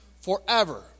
Forever